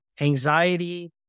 anxiety